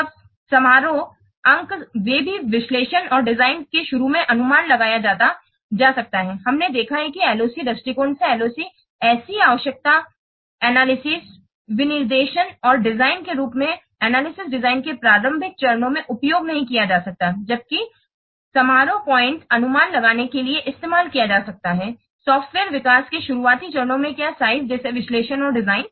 तब समारोह अंक वे भी विश्लेषण और डिजाइन के शुरू में अनुमान लगाया जा सकता हमने देखा है कि LOC दृष्टिकोण से LOC ऐसी आवश्यकता विश्लेषण विनिर्देश और डिजाइन के रूप में विश्लेषण डिजाइन के प्रारंभिक चरणों में उपयोग नहीं किया जा सकता है जबकि समारोह पॉइंट अनुमान लगाने के लिए इस्तेमाल किया जा सकता सॉफ्टवेयर विकास के शुरुआती चरणों में क्या साइज जैसे विश्लेषण और डिजाइन